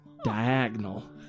diagonal